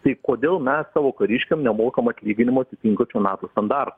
tai kodėl mes savo kariškiam nemokam atlyginimo atitinkančių nato standartų